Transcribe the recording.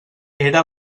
era